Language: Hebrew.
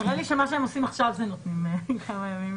נראה לי שמה שהם עושים עכשיו זה נותנים כמה ימים.